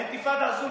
האינתיפאדה הזאת,